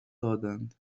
دادند